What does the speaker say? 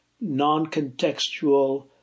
non-contextual